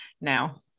now